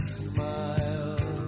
smile